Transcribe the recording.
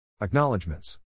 Acknowledgements